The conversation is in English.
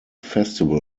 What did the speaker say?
festival